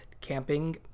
camping